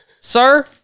sir